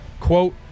quote